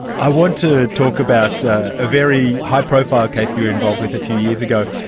i want to talk about a very high profile case you were involved with a few years ago.